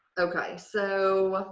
okay, so